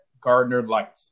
Gardner-Light